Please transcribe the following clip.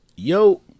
Yo